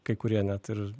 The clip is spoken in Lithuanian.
kai kurie net ir